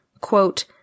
quote